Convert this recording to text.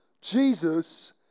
Jesus